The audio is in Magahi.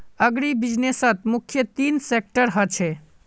अग्रीबिज़नेसत मुख्य तीन सेक्टर ह छे